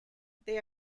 they